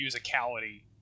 musicality